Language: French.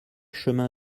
chemin